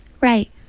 Right